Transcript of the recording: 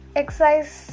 exercise